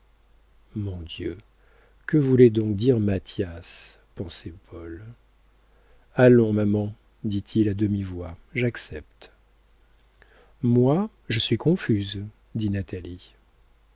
mon dieu que voulait donc dire mathias pensait paul allons maman dit-il à demi-voix j'accepte moi je suis confuse dit